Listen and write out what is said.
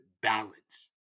balance